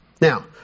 Now